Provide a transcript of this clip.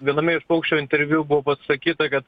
viename iš paukščio interviu buvo pasakyta kad